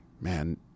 man